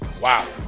wow